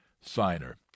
signer